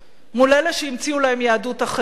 מול אלה שהמציאו להם יהדות אחרת.